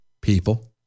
People